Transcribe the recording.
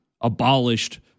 abolished